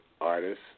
artists